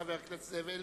חבר הכנסת זאב אלקין.